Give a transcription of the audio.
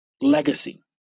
legacy